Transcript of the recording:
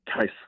case